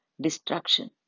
destruction